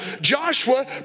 Joshua